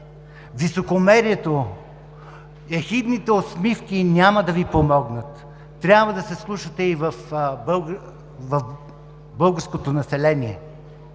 Високомерието, ехидните усмивки няма да Ви помогнат. Трябва да се вслушате и в българското население.